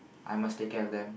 I must take care of them